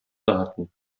raten